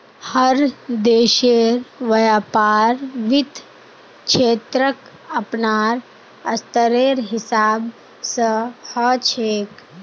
हर देशेर व्यापार वित्त क्षेत्रक अपनार स्तरेर हिसाब स ह छेक